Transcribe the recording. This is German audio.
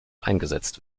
eingesetzt